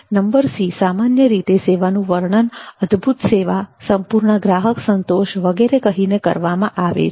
number C સામાન્ય રીતે સેવાનું વર્ણન અદભુત સેવા સંપૂર્ણ ગ્રાહક સંતોષ વગેરે કહીને કરવામાં આવે છે